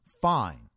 fine